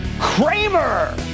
Kramer